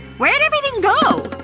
where'd everything go?